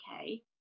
okay